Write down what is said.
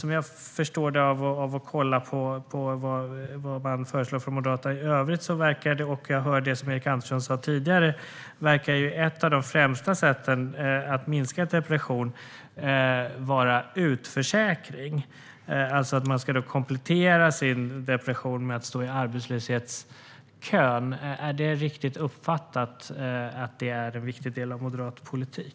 Utifrån vad Moderaterna föreslår i övrigt och vad jag hörde Erik Andersson säga tidigare verkar ett av de främsta sätten att minska depression vara utförsäkring. Man ska alltså komplettera sin depression med att stå i arbetslöshetskön. Är det riktigt uppfattat att detta är en viktig del av moderat politik?